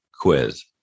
quiz